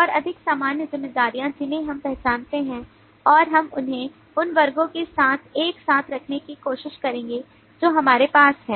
और अधिक सामान्य जिम्मेदारियां जिन्हें हम पहचानते हैं और हम उन्हें उन वर्गों के साथ एक साथ रखने की कोशिश करेंगे जो हमारे पास हैं